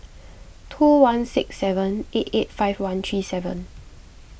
two one six seven eight eight five one three seven